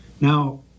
Now